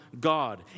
God